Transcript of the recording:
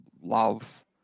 love